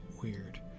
weird